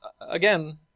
again